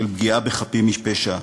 של פגיעה בחפים מפשע,